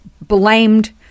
blamed